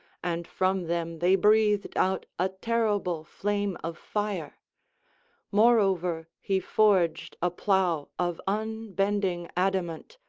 and from them they breathed out a terrible flame of fire moreover he forged a plough of unbending adamant,